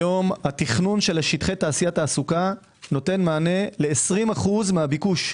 היום התכנון של שטחי תעשייה תעסוקה נותן מענה ל-20% מהביקוש.